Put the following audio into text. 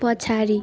पछाडि